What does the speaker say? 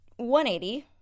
180